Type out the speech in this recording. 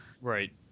right